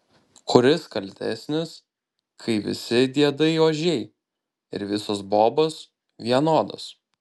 kuris kaltesnis kai visi diedai ožiai ir visos bobos vienodos